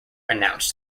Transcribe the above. announced